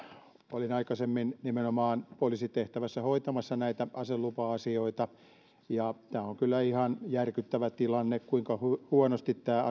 olin aikaisemmin nimenomaan poliisitehtävässä hoitamassa näitä aselupa asioita ja tämä on kyllä ihan järkyttävä tilanne kuinka huonosti tämä